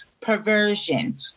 perversion